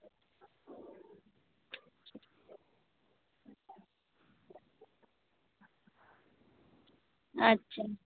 ᱟᱪᱪᱷᱟ